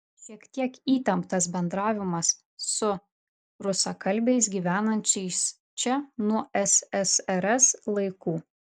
šiek tiek įtemptas bendravimas su rusakalbiais gyvenančiais čia nuo ssrs laikų